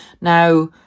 Now